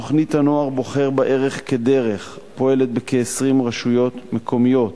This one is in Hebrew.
התוכנית "הנוער בוחר בערך כדרך" פועלת בכ-20 רשויות מקומיות.